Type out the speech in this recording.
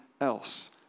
else